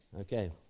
Okay